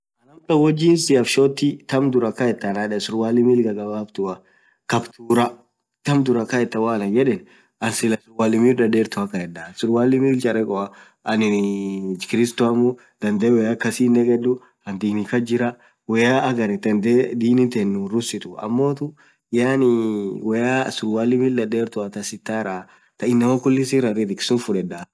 amtan woo jeansiaf shortthi kamm dhurakayethe anan yedhe suraali mil ghabghabdhua (capturaah) kamm dhurah kayethaa wooanen yedhen anin silah suruali mil dhardherthu kayedha surali mil charekho anin kristoamu dhadhe woyya akasi hinekhedhuu anin Dini kasjirah woyaa agarinn dhadhe Dini tenn nurrusithu ammothuu yaaani woyya suruali mil dhardherthu thaa sitarrah thaa inamaan khuliin sirra ridhikhu fudhedha